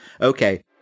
Okay